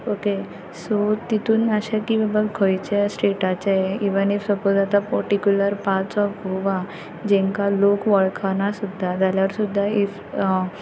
okay so तितून अशें की बाबा खंयचेय स्टेटाचे इवन ईफ सपोज आतां पोटिकुलर पाट्स ऑफ गोवा जांकां लोक वळखना सुद्दा जाल्यार सुद्दा ईफ